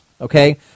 okay